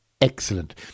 Excellent